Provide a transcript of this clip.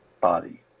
body